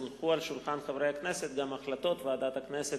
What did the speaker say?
הונחו על שולחן חברי הכנסת גם החלטות ועדת הכנסת